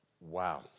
Wow